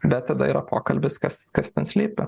bet tada yra pokalbis kas kas ten slypi